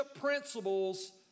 principles